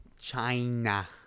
China